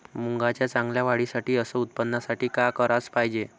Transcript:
मुंगाच्या चांगल्या वाढीसाठी अस उत्पन्नासाठी का कराच पायजे?